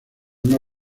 una